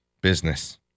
business